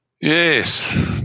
yes